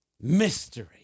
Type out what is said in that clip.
mystery